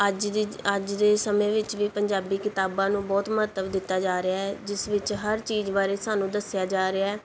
ਅੱਜ ਦੇ ਅੱਜ ਦੇ ਸਮੇਂ ਵਿੱਚ ਵੀ ਪੰਜਾਬੀ ਕਿਤਾਬਾਂ ਨੂੰ ਬਹੁਤ ਮਹੱਤਵ ਦਿੱਤਾ ਜਾ ਰਿਹਾ ਹੈ ਜਿਸ ਵਿੱਚ ਹਰ ਚੀਜ਼ ਬਾਰੇ ਸਾਨੂੰ ਦੱਸਿਆ ਜਾ ਰਿਹਾ